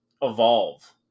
evolve